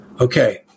Okay